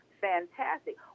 fantastic